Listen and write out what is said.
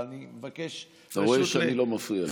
אבל אני מבקש, אתה רואה שאני לא מפריע.